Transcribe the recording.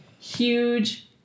huge